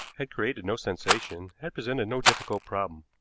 had created no sensation, had presented no difficult problem.